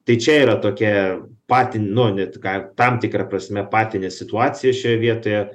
tai čia yra tokia patino net ką tam tikra prasme apatinė situacija šioje vietoje